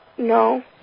No